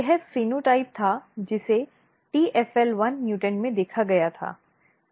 यह फेनोटाइप था जिसे tfl1 म्यूटॅन्ट में देखा गया था